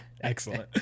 Excellent